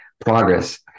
progress